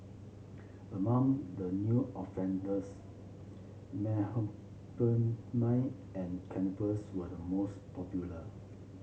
among the new offenders and cannabis were the most popular